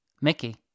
Mickey